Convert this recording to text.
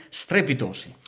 strepitosi